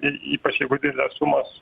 ypač jeigu didelės sumos